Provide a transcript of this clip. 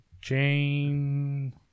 Jane